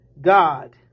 God